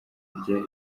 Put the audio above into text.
ryari